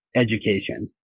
education